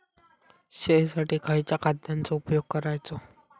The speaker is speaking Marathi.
शेळीसाठी खयच्या खाद्यांचो उपयोग करायचो?